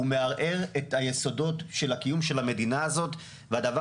הוא מערער את יסודות קיום המדינה הזאת והדבר